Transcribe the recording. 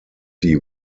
die